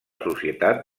societat